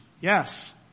Yes